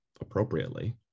appropriately